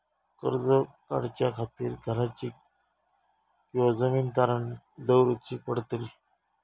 कर्ज काढच्या खातीर घराची किंवा जमीन तारण दवरूची पडतली?